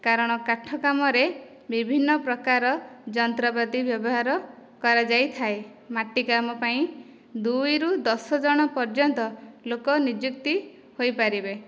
କାରଣ କାଠ କାମରେ ବିଭିନ୍ନ ପ୍ରକାର ଯନ୍ତ୍ରପାତି ବ୍ୟବହାର କରାଯାଇଥାଏ ମାଟି କାମ ପାଇଁ ଦୁଇ ରୁ ଦଶ ଜଣ ପର୍ଯ୍ୟନ୍ତ ଲୋକ ନିଯୁକ୍ତି ହୋଇପାରିବେ